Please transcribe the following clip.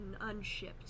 unshipped